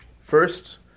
First